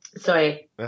sorry